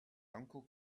uncle